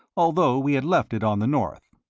although we had left it on the north.